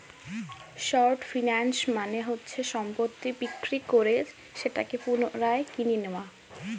short finance মানে হচ্ছে সম্পত্তি বিক্রি করে সেটাকে পুনরায় কিনে নেয়া